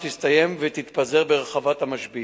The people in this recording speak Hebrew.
שתסתיים ותתפזר ברחבת המשביר.